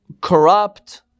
corrupt